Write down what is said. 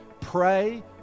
pray